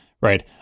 right